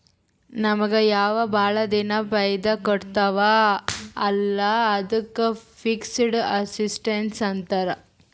ನಮುಗ್ ಯಾವ್ದು ಭಾಳ ದಿನಾ ಫೈದಾ ಕೊಡ್ತಾವ ಅಲ್ಲಾ ಅದ್ದುಕ್ ಫಿಕ್ಸಡ್ ಅಸಸ್ಟ್ಸ್ ಅಂತಾರ್